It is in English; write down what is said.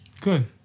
Good